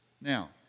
now